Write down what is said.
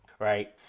right